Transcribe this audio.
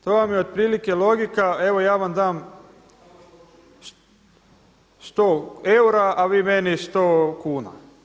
To vam je otprilike logika, evo ja vam dam 100 eura a vi meni 100 kuna.